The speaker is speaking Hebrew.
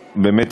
באמת,